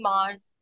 Mars